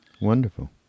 Wonderful